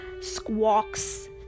squawks